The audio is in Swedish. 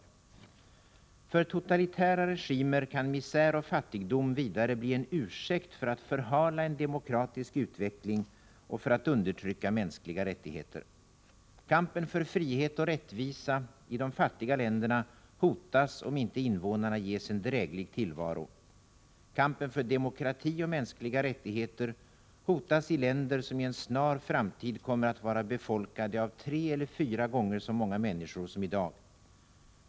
För totalitära regimer kan misär och fattigdom vidare bli en ursäkt för att förhala en demokratisk utveckling och för att undertrycka mänskliga rättigheter. Kampen för frihet och rättvisa i de fattiga länderna hotas, om inte invånarna ges en dräglig tillvaro. Kampen för demokrati och mänskliga rättigheter hotas i länder som i en snar framtid kommer att vara befolkade av tre eller fyra gånger så många människor som i dag.